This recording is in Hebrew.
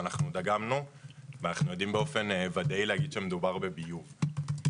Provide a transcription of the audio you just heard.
ואנחנו דגמנו ואנחנו יודעים באופן ודאי להגיד שמדובר בביוב.